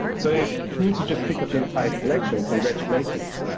so if you were to just pick up any type selection, congratulations.